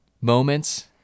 Moments